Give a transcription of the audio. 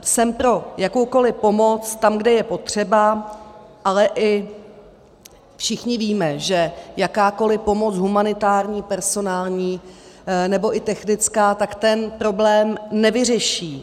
Jsem pro jakoukoli pomoc tam, kde je potřeba, ale i všichni víme, že jakákoli pomoc humanitární, personální nebo i technická ten problém nevyřeší.